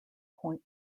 point